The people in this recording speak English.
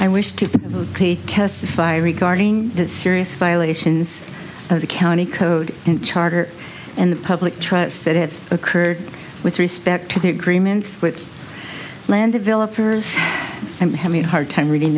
i wish to testify regarding the serious violations of the county code in charter and the public trust that have occurred with respect to the agreements with land developers and having a hard time reading